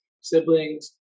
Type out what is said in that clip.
siblings